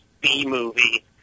B-movie